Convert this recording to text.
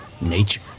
nature